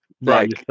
Right